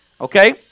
Okay